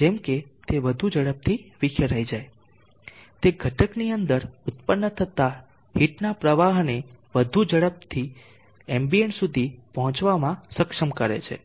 જેમ કે તે વધુ ઝડપથી વિખેરાઇ જાય છે તે ઘટકની અંદર ઉત્પન્ન થતાં હીટના પ્રવાહને વધુ ઝડપી રીતે એમ્બિયન્ટ સુધી પહોંચવામાં સક્ષમ કરે છે